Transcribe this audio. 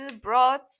brought